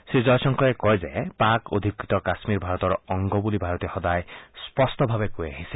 শ্ৰীজয়শংকৰে কয় যে পাক অধীকৃত কাশ্মীৰ ভাৰতৰ অংগ বুলি ভাৰতে সদায় স্পষ্টভাৱে কৈ আহিছে